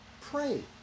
pray